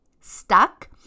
stuck